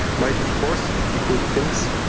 might of course be good things.